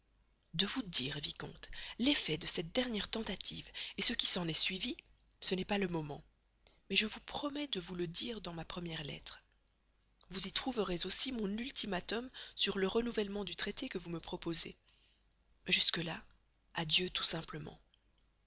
de vous dire vicomte l'effet de cette dernière tentative ce qui s'en est suivi ce n'est pas le moment mais je promets de vous le dire dans ma première lettre vous y trouverez aussi mon ultimatum sur le renouvellement du traité que vous me proposez jusques là adieu tout simplement